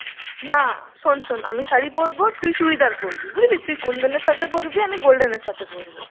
না শোন শোন আমি শাড়ি পরবো তুই চুড়িদার পরবি বুঝলি তুই কুন্দনের সাথে পরবি আমি গোল্ডেনের সাথে পরবো